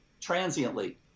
transiently